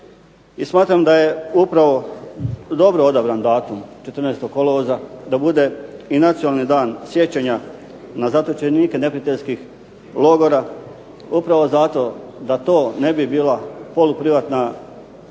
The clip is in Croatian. smatram da je upravo dobro odabran datum 14. kolovoza da bude i Nacionalni dan sjećanja na zatočenike neprijateljskih logora upravo zato da to ne bi bila poluprivatna zabava